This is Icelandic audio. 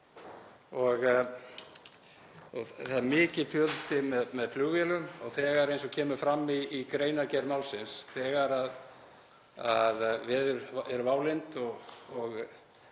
og það er mikill fjöldi fluttur með flugvélum nú þegar. Eins og kemur fram í greinargerð málsins, þegar veður eru válynd og